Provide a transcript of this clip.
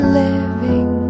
living